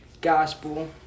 gospel